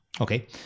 Okay